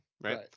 Right